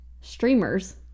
streamers